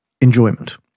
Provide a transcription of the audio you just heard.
enjoyment